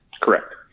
Correct